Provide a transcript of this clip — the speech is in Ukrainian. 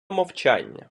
мовчання